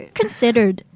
considered